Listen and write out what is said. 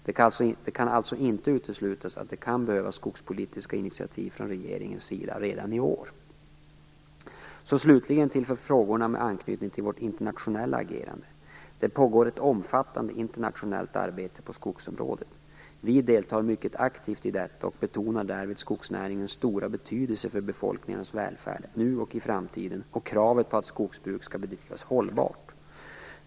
Det kan alltså inte uteslutas att det kan behövas skogspolitiska initiativ från regeringens sida redan i år. Så slutligen till frågorna med anknytning till vårt internationella agerande. Det pågår ett omfattande internationellt arbete på skogsområdet. Vi deltar mycket aktivt i detta och betonar därvid skogsnäringens stora betydelse för befolkningarnas välfärd nu och i framtiden och kravet på att skogsbruk skall bedrivas hållbart.